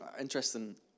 interesting